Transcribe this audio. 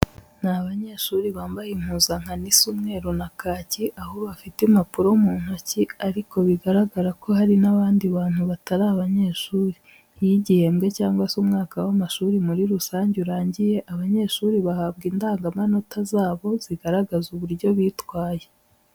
Ni abanyeshuri bambaye impuzankano isa umweru na kake, aho bafite impapuro mu ntoki ariko bigaragara ko hari n'abandi bantu batari abanyeshuri. Iyo igihembwe cyangwa se umwaka w'amashuri muri rusange urangiye, abanyeshri bahabwa indangamanota zabo zigaragaza uburyo bitwaye.